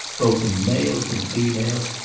both in males and females,